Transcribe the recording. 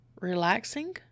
relaxing